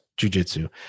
jujitsu